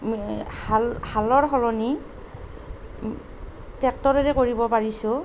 হাল হালৰ সলনি ট্ৰেক্টৰেৰে কৰিব পাৰিছোঁ